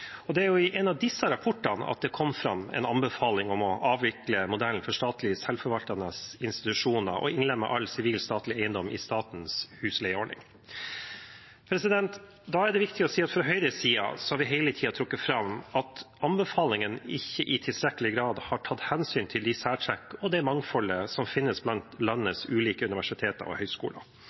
Det kom i en av disse rapportene fram en anbefaling om å avvikle modellen for statlige selvforvaltende institusjoner og innlemme all sivil statlig eiendom i statens husleieordning. Da er det viktig å si at fra Høyres side har vi hele tiden trukket fram at anbefalingen ikke i tilstrekkelig grad har tatt hensyn til de særtrekk og det mangfold som finnes blant landets ulike universiteter og høyskoler.